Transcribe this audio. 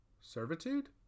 Servitude